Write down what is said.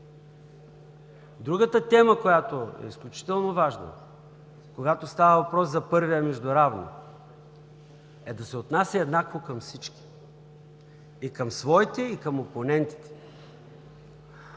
Другата тема, която е изключително важна, когато става въпрос за първия между равни, е да се отнася еднакво към всички – и към своите, и към опонентите.